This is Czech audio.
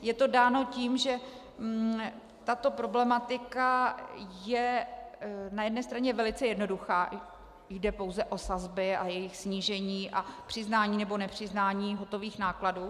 Je to dáno tím, že tato problematika je na jedné straně velice jednoduchá, jde pouze o sazby a jejich snížení a přiznání nebo nepřiznání hotových nákladů.